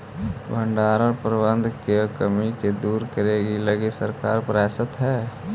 भण्डारण प्रबंधन के कमी के दूर करे लगी सरकार प्रयासतर हइ